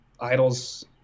idols